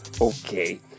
okay